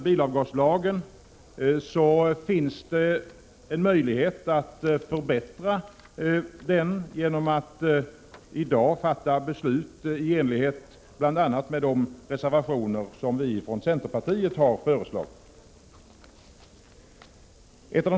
Det finns möjlighet att förbättra bilavgaslagen genom att i dag fatta beslut i enlighet med de reservationer vi från centern har avgivit.